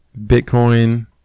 Bitcoin